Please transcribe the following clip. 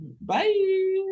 Bye